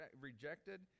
rejected